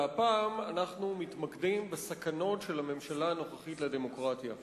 והפעם אנחנו מתמקדים בסכנות של הממשלה הנוכחית לדמוקרטיה.